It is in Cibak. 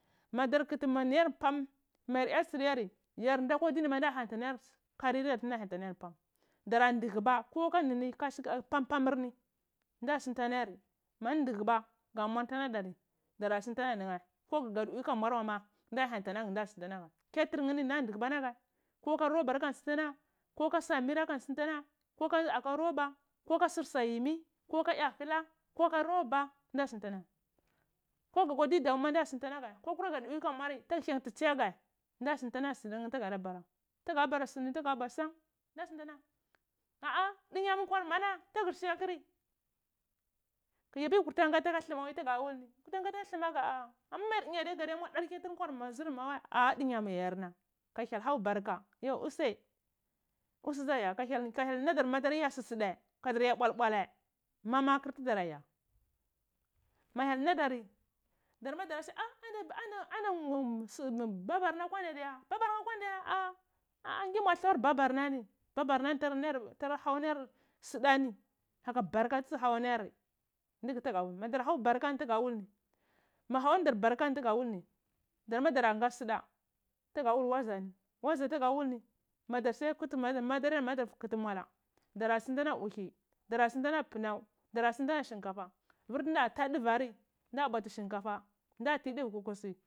Mador kuti mo nuyor pom mayor yar soryaari karir yor tuna hyanti anayar pam dara nduhugba pam pumur ni nda suntan alayari mandu ndahuba ga mwala suntan alodari dara suntan nago nune koh gai pwi ka muar mheh wain da nyanti anghe na sino laghe nda nduhuba lagu ko aka roba manda suti alagheh kokah samira kahndi sutu ana ghe aka roba koka sur sa yimmi koka ya hula koka roba nda sonti anale ko ga ka di domu ma nda sunti anagleh tugada pwi kumuari nda hyanti ana guh tu gada pwi ku muari nda sunti anagleh tugada pwi kumuari nda suti alagheh kokah samira kahndi sutu ana ghe aka roba koka sur sa yimmi koka ya hula koka roba nda sobti anagle ko ga ka di damu ma nda sunti angleh tu gada pwi kumvaari nda hyanti ana guhh nda sunt ona gheh sunam tugu batu barah tuga bara suni tuga bara sana hah dunyu mu yida yi kudi ngati aka dlumur ni tuga ngatini ama nayar dunya ga diya mwai hyanti zwur ma wai ah ah dunya mu yoyarna ha hyel hau barka yo usai usai dza yaya ka hyel hau barka you sui usai dza yaya ka hyel hau barka yo usai usai dza yaya ka hyell nadar mar susudai hadar ya pwalbwalai mamakur tudaraya ma hyel nadari dorma darasiya ha ah anu anu babur na akwakda di babar nheh a kwanda ya a ahah ngah ki mvor ahlawur babornani babarnu tara hou alayar suuda ni kaka barko tu dzu hau ala yari ndugu tuga wul nim odor barkani tugoda wal ni ma hau anadar burka nii tugada wul ni darma dara ngo suda tugado wol waziyarni wadza tuga wul ni madar sunwalkuta mwala dara sung wua lagu uhu dara sungwa nheh gheh apanaw dora sungwu nhehge shinkafa vur buna ta ɗuvai ni nda bwati shinkafa nda tidu kwkosi.